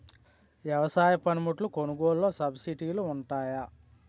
వ్యవసాయ పనిముట్లు కొనుగోలు లొ సబ్సిడీ లు వుంటాయా?